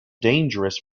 dangerous